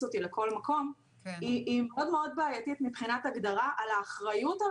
אותי לכל מקום היא מאוד מאוד בעייתית מבחינת ההגדרה על האחריות על